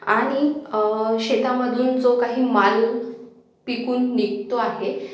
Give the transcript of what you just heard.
आणि शेतामधून जो काही माल पिकून निघतो आहे